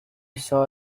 saw